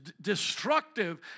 destructive